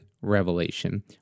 revelation